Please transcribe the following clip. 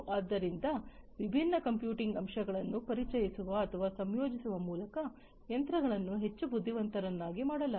ಆದ್ದರಿಂದ ವಿಭಿನ್ನ ಕಂಪ್ಯೂಟಿಂಗ್ ಅಂಶಗಳನ್ನು ಪರಿಚಯಿಸುವ ಅಥವಾ ಸಂಯೋಜಿಸುವ ಮೂಲಕ ಯಂತ್ರಗಳನ್ನು ಹೆಚ್ಚು ಬುದ್ಧಿವಂತರನ್ನಾಗಿ ಮಾಡಲಾಗಿದೆ